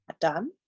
done